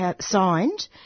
signed